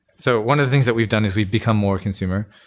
so one of the things that we've done is we've become more consumer.